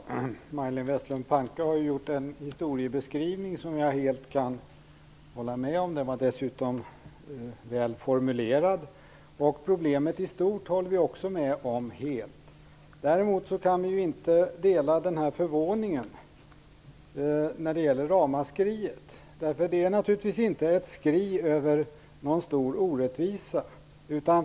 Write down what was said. Fru talman! Majléne Westerlund Panke har gjort en historieskrivning som jag helt håller med om. Den var dessutom väl formulerad. Problemet i stort håller vi miljöpartister också helt med om. Däremot kan vi inte dela förvåningen när det gäller ramaskriet. Det är naturligtvis inte ett skri över någon stor orättvisa.